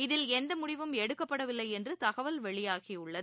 இதில் எந்தஒருமுடிவும் எடுக்கப்படவில்லைஎன்றுதகவல் வெளியாகியுள்ளது